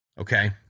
Okay